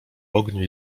ogniu